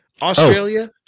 Australia